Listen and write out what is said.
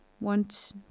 want